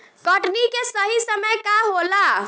कटनी के सही समय का होला?